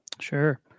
sure